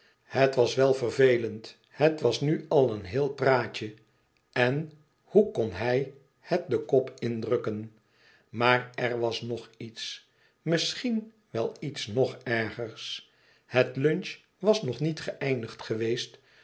het was wel vervelend het was nu al een heel praatje en hoe kn hij het den kop indrukken maar er was nog iets misschien wel iets nog ergers het lunch was nog niet geëindigd geweest